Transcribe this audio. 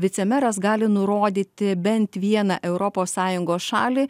vicemeras gali nurodyti bent vieną europos sąjungos šalį